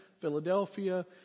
Philadelphia